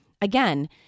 Again